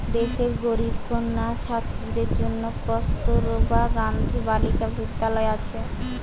দেশের গরিব কন্যা ছাত্রীদের জন্যে কস্তুরবা গান্ধী বালিকা বিদ্যালয় আছে